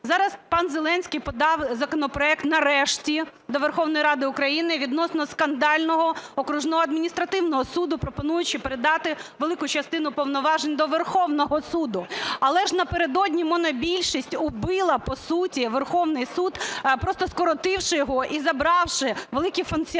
Зараз пан Зеленський подав законопроект нарешті до Верховної Ради України відносно скандального окружного адміністративного суду, пропонуючи передати велику частину повноважень до Верховного Суду. Але ж напередодні монобільшість убила по суті Верховний Суд, просто скоротивши його і забравши великий функціонал